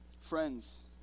friends